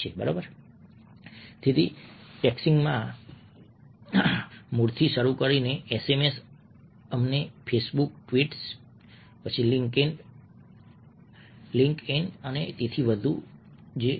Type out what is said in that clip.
બરાબર તેથી ટેક્સ્ટિંગના મૂળથી શરૂ કરીને એસએમએસ અમને Facebook tweets Twitter LinkedIn અને તેથી વધુ કહેવા દો